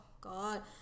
God